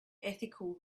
ethical